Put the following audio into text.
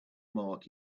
mark